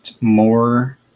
more